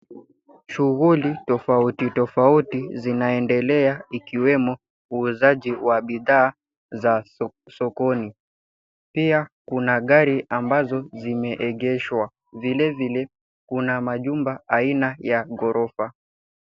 Shughuli tofauti tofauti zinaendelea zikiwemo uuzaji wa bidhaa za sokoni. Pia kuna gari ambazo zimeegeshwa, vilevile kuna majumba aina ya ghorofa.